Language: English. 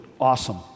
awesome